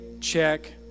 check